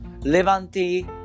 Levante